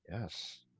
yes